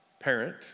parent